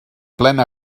plena